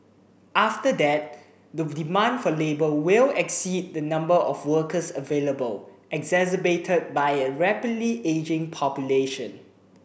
after that the demand for labour will exceed the number of workers available exacerbated by a rapidly ageing population